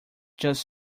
just